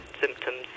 symptoms